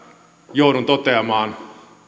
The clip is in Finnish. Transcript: joudun toteamaan